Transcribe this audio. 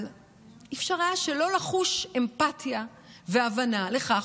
אבל אי-אפשר היה שלא לחוש אמפתיה והבנה לכך